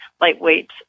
lightweight